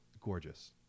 gorgeous